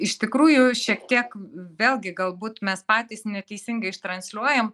iš tikrųjų šiek tiek vėlgi galbūt mes patys neteisingai ištransliuojam